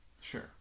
Sure